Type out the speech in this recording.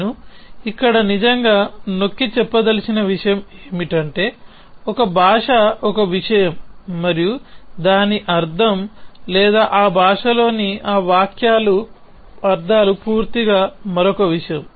నేను ఇక్కడ నిజంగా నొక్కిచెప్పదలిచిన విషయం ఏమిటంటే ఒక భాష ఒక విషయం మరియు దాని అర్థం లేదా ఆ భాషలోని ఆ వాక్యాల అర్థాలు పూర్తిగా మరొక విషయం